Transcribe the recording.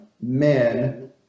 men